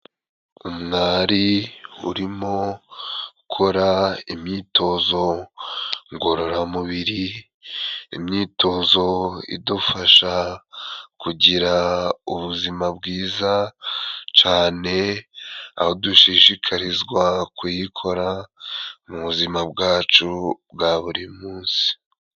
Umwari urimo ukora imyitozo ngororamubiri, imyitozo idufasha kugira ubuzima bwiza cane, aho dushishikarizwa kuyikora mu buzima bwacu bwa buri munsi.